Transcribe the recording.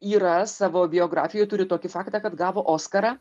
yra savo biografijoj turi tokį faktą kad gavo oskarą